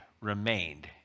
remained